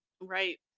Right